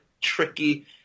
tricky